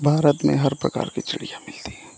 भारत में हर प्रकार के चिड़िया मिलती हैं